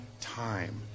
time